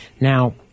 Now